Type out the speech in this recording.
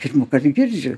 pirmąkart girdžiu